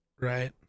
Right